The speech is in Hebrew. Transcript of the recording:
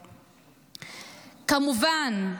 כמובן,